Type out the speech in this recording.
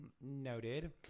noted